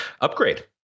Upgrade